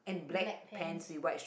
black pants